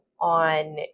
on